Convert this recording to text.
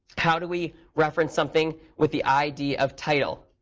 how do we reference something with the id of title,